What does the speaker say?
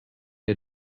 you